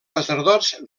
sacerdots